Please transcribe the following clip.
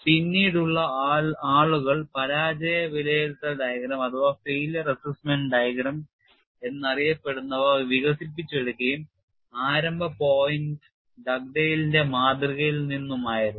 പിന്നീടുള്ള ആളുകൾ പരാജയ വിലയിരുത്തൽ ഡയഗ്രം എന്നറിയപ്പെടുന്നവ വികസിപ്പിച്ചെടുക്കുകയും ആരംഭ പോയിന്റ് ഡഗ്ഡെയ്ലിന്റെ മാതൃകയിൽ നിന്നുമായിരുന്നു